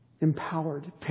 empowered